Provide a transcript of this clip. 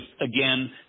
again